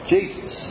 Jesus